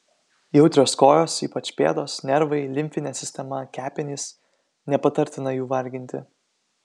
jautrios kojos ypač pėdos nervai limfinė sistema kepenys nepatartina jų varginti